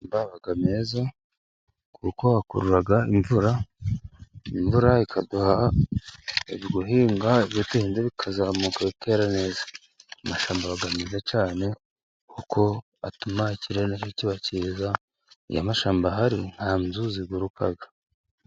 Amashyamba aba meza kuko akurura imvura, imvura ikaduha guhinga ibyo duhinze bikazamuka bieera neza. Amashyamba aba meza cyane, kuko atuma ikirere kiba cyiza, amashyamba ahari nta nzu ziguruka.